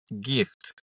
gift